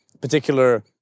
particular